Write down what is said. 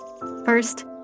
First